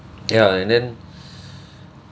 ya and then